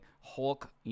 Hulk